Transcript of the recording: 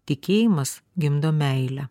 tikėjimas gimdo meilę